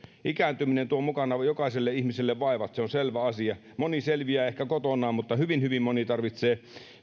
ikääntyminen tuo mukanaan jokaiselle ihmiselle vaivat se on selvä asia moni selviää ehkä kotonaan mutta hyvin hyvin moni tarvitsee